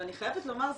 ואני חייבת לומר,